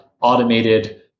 automated